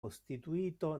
costituito